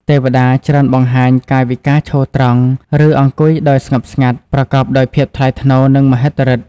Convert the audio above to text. ទេវតា ច្រើនបង្ហាញ កាយវិការឈរត្រង់ ឬអង្គុយដោយស្ងប់ស្ងាត់ ប្រកបដោយភាពថ្លៃថ្នូរ និងមហិទ្ធិឫទ្ធិ។